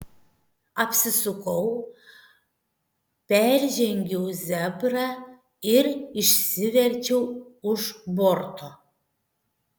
apsisukau peržengiau zebrą ir išsiverčiau už borto